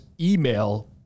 email